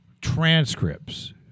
transcripts